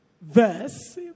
verse